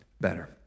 better